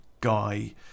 guy